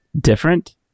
different